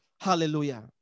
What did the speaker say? Hallelujah